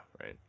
right